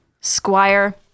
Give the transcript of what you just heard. squire